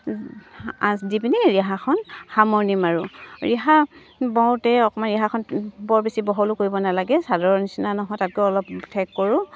আঁচ দি পিনি ৰিহাখন সামৰণি মাৰোঁ ৰিহা বওঁতে অকণমান ৰিহাখন বৰ বেছি বহলো কৰিব নালাগে চাদৰ নিচিনা নহয় তাতকৈ অলপ ঠেক কৰোঁ